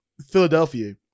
Philadelphia